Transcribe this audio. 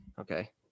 Okay